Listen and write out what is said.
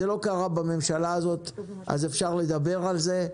זה לא קרה בממשלה הזאת אז אפשר לדבר על זה.